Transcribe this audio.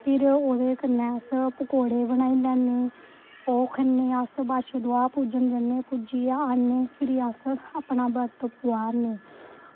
फिर ओह्दै कन्नै अस पकौड़े बनाई लैन्ने ओह् खन्ने अस बच्दुछ दुआह् पूजन जन्ने पूजियै औने फिरी अस अपना बर्त पुआरने